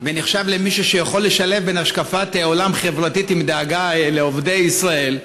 ונחשב למישהו שיכול לשלב השקפת עולם חברתית ודאגה לעובדי ישראל,